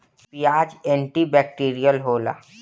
पियाज antibacterial होला